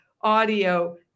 audio